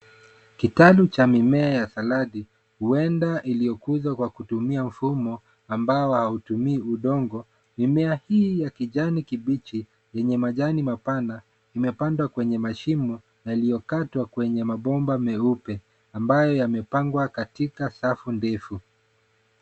Kitandu cha mimea ya saladi huenda iliyokuzwa kwa mfumo ambao hautumi udongo. Mimea hii ya kijani kibichi lenye majani mapana imepandwa kwenye mashimo yaliyokatwa kwenye mabomba meupe ambayo yamepangwa katika safu ndefu.